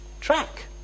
track